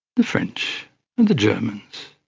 the french and the germans.